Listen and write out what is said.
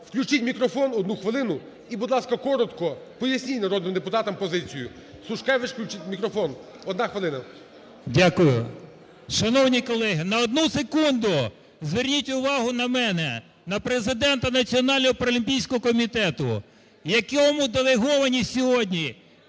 Включіть мікрофон, одну хвилину, і, будь ласка, коротко поясніть народним депутатам позицію. Сушкевич, включіть мікрофон, одна хвилина. 17:21:26 СУШКЕВИЧ В.М. Дякую. Шановні колеги, на одну секунду зверніть увагу на мене, на президента Національної паралімпійського комітету, якому делеговані сьогодні